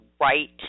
right